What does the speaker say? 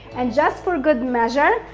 and just for good measure,